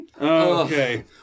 Okay